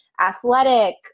athletic –